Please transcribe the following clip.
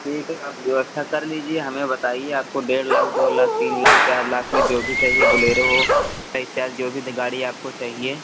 ठीक है आप व्यवस्था कर लीजिए हमें बताइए आपको डेढ़ लाख दो लाख तीन लाख चार लाख में जो भी चाहिए बोलेरो हो या इत्यादि जो भी गाड़ी आपको चाहिए